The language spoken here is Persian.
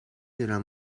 دونم